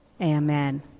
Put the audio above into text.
Amen